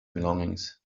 belongings